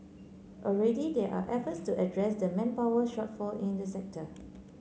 already there are efforts to address the manpower shortfall in the sector